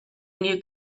new